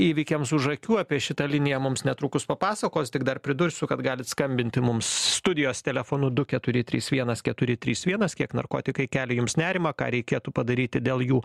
įvykiams už akių apie šitą liniją mums netrukus papasakos tik dar pridursiu kad galit skambinti mums studijos telefonu du keturi trys vienas keturi trys vienas kiek narkotikai kelia jums nerimą ką reikėtų padaryti dėl jų